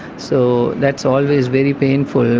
so that's always very painful.